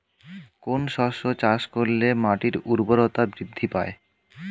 কোন শস্য চাষ করলে মাটির উর্বরতা বৃদ্ধি পায়?